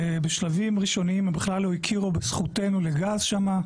בשלבים ראשונים הם בכלל לא הכירו בזכותנו לגז שם.